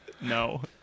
No